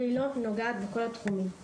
אבל היא לא נוגעת בכל התחומים.